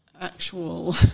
actual